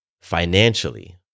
financially